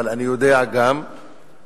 אבל אני יודע גם שאני,